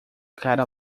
cara